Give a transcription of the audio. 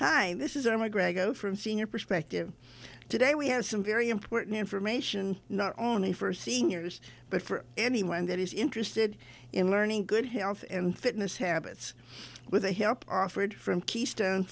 hi this is are my grego from seeing your perspective today we have some very important information not only for seniors but for anyone that is interested in learning good health and fitness habits with the help offered from keystone